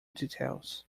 details